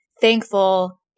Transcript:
Thankful